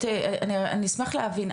אני אשמח להבין,